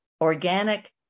organic